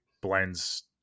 blends